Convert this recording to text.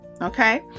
okay